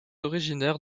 originaire